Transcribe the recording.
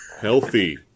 Healthy